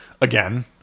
again